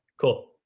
Cool